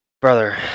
brother